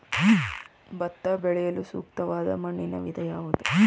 ಭತ್ತ ಬೆಳೆಯಲು ಸೂಕ್ತವಾದ ಮಣ್ಣಿನ ವಿಧ ಯಾವುದು?